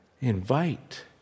Invite